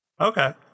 Okay